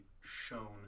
shown